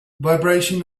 vibrations